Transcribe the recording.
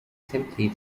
simply